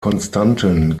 konstanten